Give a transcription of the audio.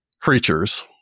Creatures